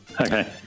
Okay